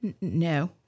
No